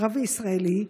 ערבי ישראלי,